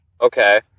Okay